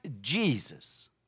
Jesus